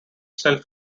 self